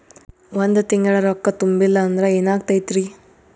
ಒಂದ ತಿಂಗಳ ರೊಕ್ಕ ತುಂಬಿಲ್ಲ ಅಂದ್ರ ಎನಾಗತೈತ್ರಿ?